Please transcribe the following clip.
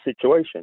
situation